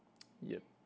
yup